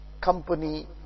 company